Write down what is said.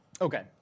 Okay